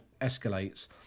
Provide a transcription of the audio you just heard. escalates